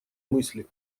мысли